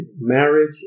marriage